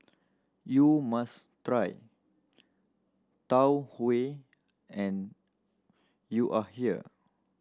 you must try Tau Huay and you are here